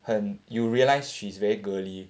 很 you realize she's very girly